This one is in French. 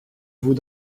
vous